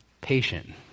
patient